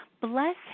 Bless